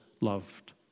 loved